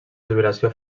jubilació